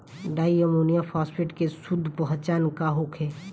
डाई ammonium phosphate के शुद्ध पहचान का होखे?